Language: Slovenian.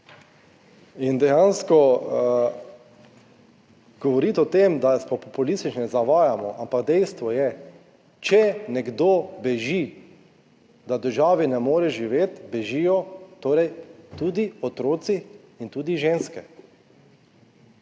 In dejansko govoriti o tem, da je populistično, zavajamo. Ampak dejstvo je, če nekdo beži, da v državi ne more živeti, Bežijo torej tudi otroci in tudi ženske.